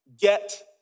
get